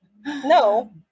no